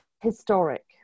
historic